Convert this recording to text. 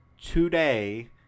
today